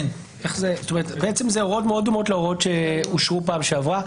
אנחנו כן מבקשים לקבוע במפורש שתהיה קלפי גם למבודדים וגם לחולים.